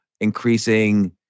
increasing